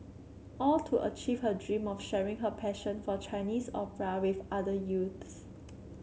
all to achieve her dream of sharing her passion for Chinese opera with other youths